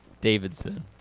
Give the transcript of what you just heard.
Davidson